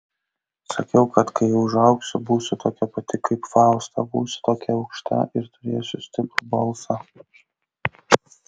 sakiau kad kai užaugsiu būsiu tokia pati kaip fausta būsiu tokia aukšta ir turėsiu stiprų balsą